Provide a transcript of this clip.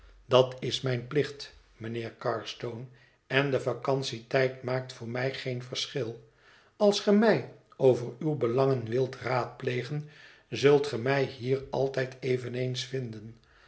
dat is mijn plicht mijnheer carstone en de vacantietijd maakt voor mij geen verschil als ge mij over uwe belangen wilt raadplegen zult ge mij hier altijd eveneens vinden